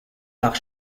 part